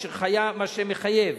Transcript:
מה שמחייב